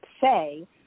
say